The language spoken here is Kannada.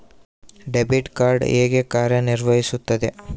ಡೆಬಿಟ್ ಕಾರ್ಡ್ ಹೇಗೆ ಕಾರ್ಯನಿರ್ವಹಿಸುತ್ತದೆ?